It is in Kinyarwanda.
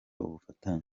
ubufatanye